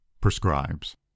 prescribes